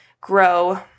grow